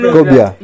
Kobia